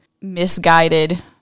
misguided